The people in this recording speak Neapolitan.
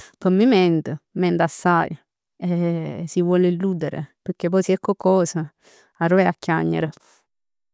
Secondo me mente, mente assaje si vuole illudere, pecchè poi si è coccos, arò vaje a chiagnere?